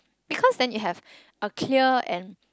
because then you have a clear and